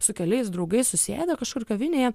su keliais draugais susėdę kažkur kavinėje